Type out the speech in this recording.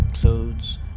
clothes